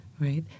right